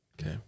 Okay